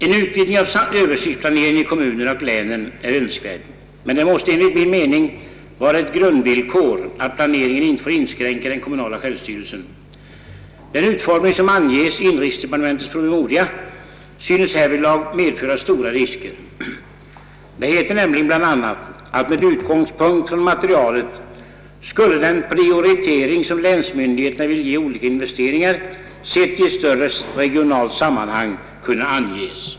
En utvidgning av översiktsplaneringen i kommunerna och länen är önskvärd. Men det måste enligt min mening vara ett grundvillkor, att planeringen inte får inskränka den kommunala självstyrelsen. Den utformning, som anges i inrikesdepartementets promemoria, synes härvidlag medföra stora risker. Det heter nämligen bl.a., att med utgångspunkt från materialet >»skulle den prioritering som länsmyndigheterna vill ge olika investeringar, sett i ett större regionalt sammanhang, kunna anges».